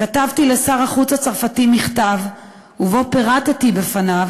כתבתי לשר החוץ הצרפתי מכתב ובו פירטתי בפניו